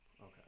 Okay